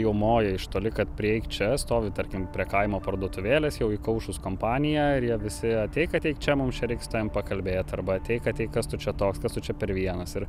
jau moja iš toli kad prieik čia stovi tarkim prie kaimo parduotuvėlės jau įkaušus kompanija ir jie visi ateik ateik čia mums čia reik su tavim pakalbėt arba ateik ateik kas tu čia toks kas tu čia per vienas ir